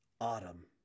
autumn